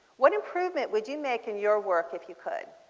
what improvement would you make in your work if you could.